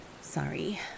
Sorry